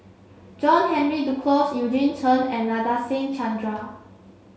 John Henry Duclos Eugene Chen and Nadasen Chandra